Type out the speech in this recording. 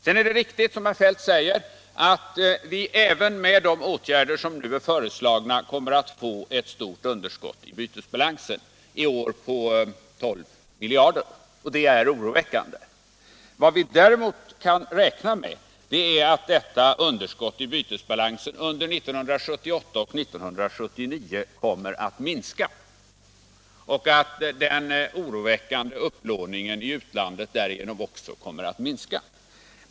Det är riktigt som herr Feldt säger att vi även med de åtgärder som är föreslagna kommer att få ett stort underskott i bytesbalansen i år. Vi kommer att få ett underskott på 12 miljarder, och det är oroväckande. Vad vi däremot kan räkna med är att detta underskott under åren 1978 och 1979 kommer att minska och att den oroväckande upplåningen i utlandet därigenom också kommer att minska.